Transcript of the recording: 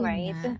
Right